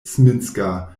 zminska